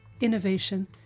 innovation